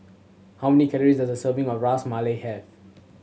how many calories does a serving of Ras Malai have